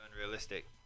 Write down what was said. unrealistic